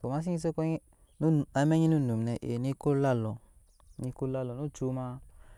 to ma se nyi se konyi amɛk nyine no num eniko lalo niko lalo no cak ma.